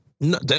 No